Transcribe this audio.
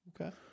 Okay